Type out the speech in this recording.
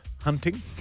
hunting